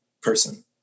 person